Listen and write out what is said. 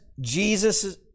Jesus